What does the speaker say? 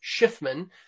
Schiffman